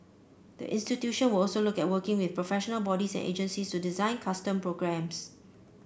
the institution were also look at working with professional bodies and agencies to design custom programmes